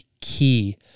key